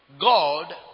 God